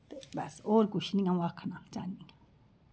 ते बस कुछ निं अ'ऊं आखना चाह्नीं